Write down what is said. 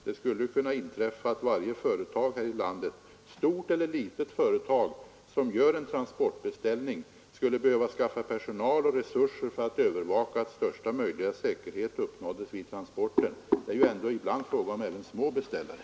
Det skulle kunna inträffa att varje företag här i landet — stort eller litet — som gör en transportbeställning skulle behöva skaffa personal och resurser för att övervaka att största möjliga säkerhet uppnåddes vid transporten. Det är ändå ibland fråga om små beställare!